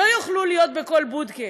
לא יוכלו להיות בכל בודקה,